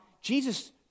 Jesus